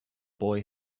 boy